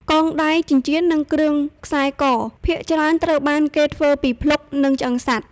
កងដៃ ចិញ្ចៀន និងគ្រឿងខ្សែក ភាគច្រើនត្រូវបានគេធ្វើពីភ្លុក និងឆ្អឹងសត្វ។